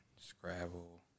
Scrabble